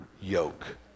yoke